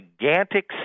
gigantic